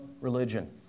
religion